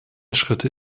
schritte